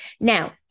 Now